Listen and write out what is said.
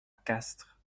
castres